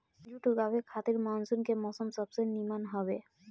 जुट उगावे खातिर मानसून के मौसम सबसे निमन हवे